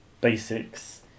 basics